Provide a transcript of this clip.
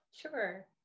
sure